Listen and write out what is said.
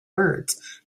words